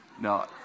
no